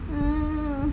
um